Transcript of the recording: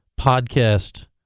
podcast